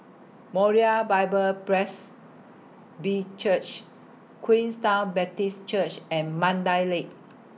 Moriah Bible Presby Church Queenstown Baptist Church and Mandai Lake